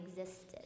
existed